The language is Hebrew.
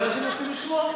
אנשים רוצים לשמוע.